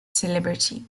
celebrity